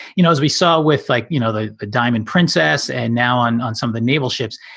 you know, as we saw with, like you know, the diamond princess and now on on some of the naval ships,